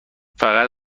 فقط